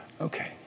Okay